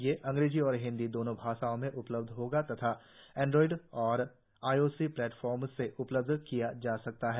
ये अंग्रेजी और हिंदी दोनों भाषा में उपलब्ध होगा तथा एंडॉयड और आईओएस प्लेटफार्म से डाउनलोड किया जा सकता है